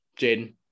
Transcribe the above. Jaden